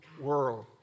world